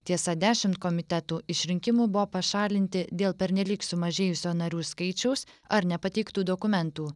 tiesa dešimt komitetų išrinkimo buvo pašalinti dėl pernelyg sumažėjusio narių skaičiaus ar nepateiktų dokumentų